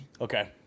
okay